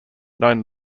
known